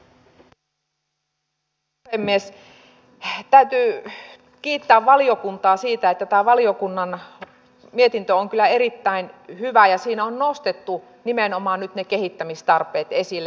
täytyy kiittää valiokuntaa siitä että tämä valiokunnan mietintö on kyllä erittäin hyvä ja siinä on nostettu nimenomaan nyt ne kehittämistarpeet esille